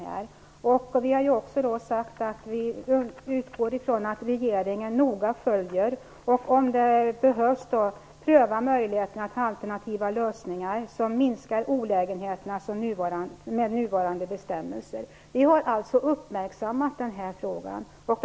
Vi utgår också ifrån att regeringen noga följer frågan och om det behövs prövar möjligheterna till alternativa lösningar som minskar olägenheterna med nuvarande bestämmelser. Vi har alltså uppmärksammat frågan.